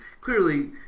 Clearly